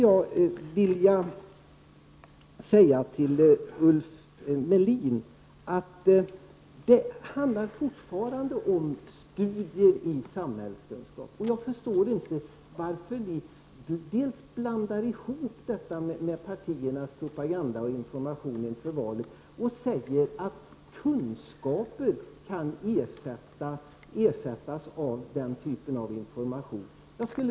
Jag vill till Ulf Melin säga att det fortfarande handlar om studier i samhällskunskap. Jag förstår inte varför ni moderater blandar ihop detta med partiernas propaganda och information inför valet. Ni säger att kunskaper kan ersättas med den typen av information.